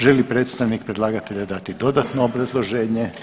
Želi li predstavnik predlagatelja dati dodatno obrazloženje?